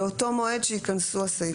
באותו מועד שייכנסו הסעיפים